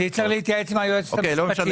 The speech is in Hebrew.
אני אצטרך להתייעץ עם היועצת המשפטית.